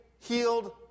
healed